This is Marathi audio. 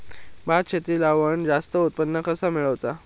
भात शेती लावण जास्त उत्पन्न कसा मेळवचा?